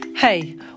Hey